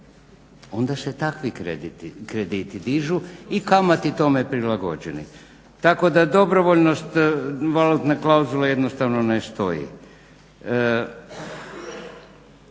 Onda se takvi krediti dižu i kamate tome prilagođene. Tako da dobrovoljnost valutne klauzule jednostavno ne stoji.